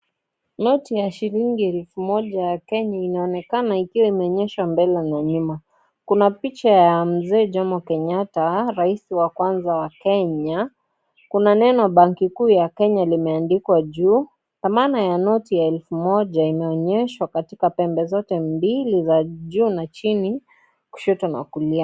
Noti ya shilingi elfu moja ya Kenya inaonekana ikiwa imeonyeshwa mbele na nyuma. Kuna picha ya mzee Jomo Kenyatta, rais wa kwanza wa kenya, kuna neno banki kuu ya Kenya limeandikwa juu, dhamana ya noti ya elfu moja imeonyeshwa katika pembe zote mbili za juu na chini kushoto na kulia.